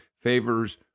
favors